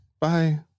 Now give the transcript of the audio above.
Bye